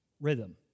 rhythm